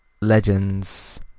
Legends